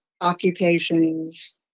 occupations